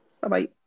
Bye-bye